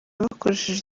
bakoresheje